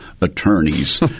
attorneys